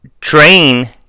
train